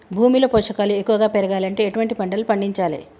భూమిలో పోషకాలు ఎక్కువగా పెరగాలంటే ఎటువంటి పంటలు పండించాలే?